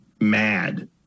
mad